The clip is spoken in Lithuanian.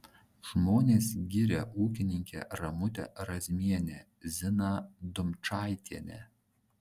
žmonės giria ūkininkę ramutę razmienę ziną dumčaitienę